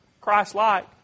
Christ-like